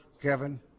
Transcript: Kevin